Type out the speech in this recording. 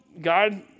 God